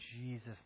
Jesus